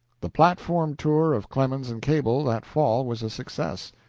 the platform tour of clemens and cable that fall was a success.